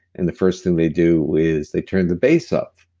and the first thing they do is they turn the bass up,